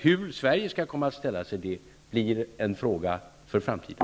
Hur Sverige skall ställa sig till detta blir en fråga för framtiden.